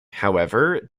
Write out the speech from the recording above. however